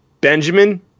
Benjamin